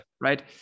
Right